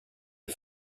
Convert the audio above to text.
est